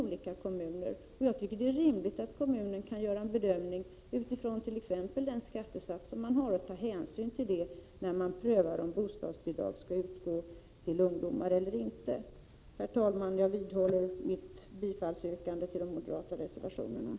Därför tycker jag att det är rimligt att kommunerna själva får göra en bedömning. Vid prövningen av om bostadsbidrag till ungdomar skall utgå eller inte kan kommunen bl.a. ta hänsyn till den skattesats som gäller. Herr talman! Jag vidhåller mitt yrkande om bifall till de moderata reservationerna.